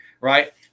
right